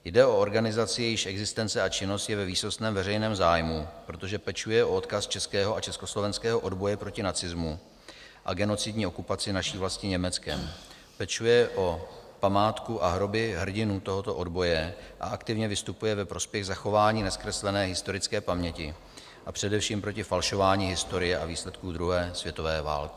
Jde o organizaci, jejíž existence a činnost je ve výsostném veřejném zájmu, protože pečuje o odkaz českého i československého odboje proti nacismu a genocidní okupaci naší vlasti Německem, pečuje o památku a hroby hrdinů tohoto odboje a aktivně vystupuje ve prospěch zachování nezkreslené historické paměti a především proti falšování historie a výsledků druhé světové války.